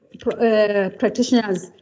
practitioners